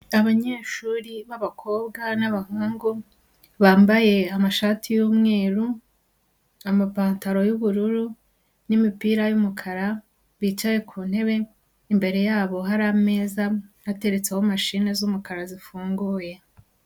Abanyeshuri b'abakobwa n'abahungu bambaye amashati y'umweru, amapantaro y'ubururu n'imipira y'umukara bicaye ku ntebe, imbere yabo hari ameza, hateretseho mashine z'umukara zifunguye.